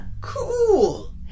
Cool